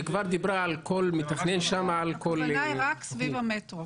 היא כבר דיברה על התכנון שם --- הכוונה היא רק סביב המטרו,